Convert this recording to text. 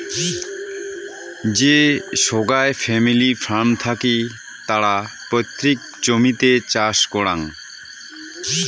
যে সোগায় family farm থাকি তারা পৈতৃক জমিতে চাষ করাং